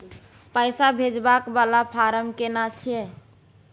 पैसा भेजबाक वाला फारम केना छिए?